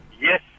yes